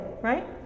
right